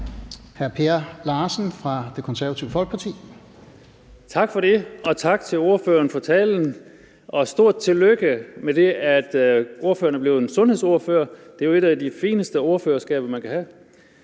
Hr. Per Larsen fra Det Konservative Folkeparti. Kl. 11:33 Per Larsen (KF): Tak for det, og tak til ordføreren for talen. Stort tillykke med, at ordføreren er blevet sundhedsordfører. Det er jo et af de fineste ordførerskaber, man kan have.